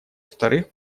вторых